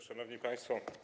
Szanowni Państwo!